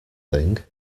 thing